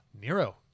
Nero